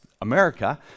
america